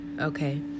Okay